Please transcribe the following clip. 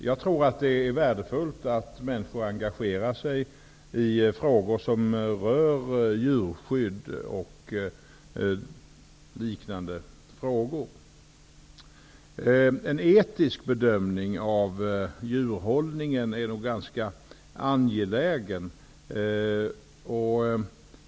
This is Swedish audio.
Jag tror att det är värdefullt att människor engagerar sig i frågor som rör djurskydd o.d. En etisk bedömning av djurhållningen är nog ganska angelägen.